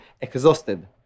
exhausted